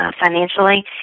financially